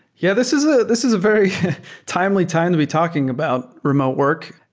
yeah, this is ah this is a very timely time to be talking about remote work,